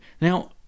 now